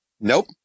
Nope